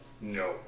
No